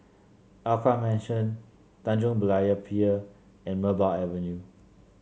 Alkaff Mansion Tanjong Berlayer Pier and Merbau Avenue